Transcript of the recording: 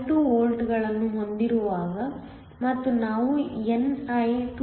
2 ವೋಲ್ಟ್ಗಳನ್ನು ಹೊಂದಿರುವಾಗ ಮತ್ತು ನಾವು ni 2